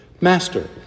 Master